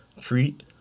treat